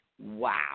wow